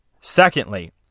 Secondly